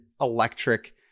electric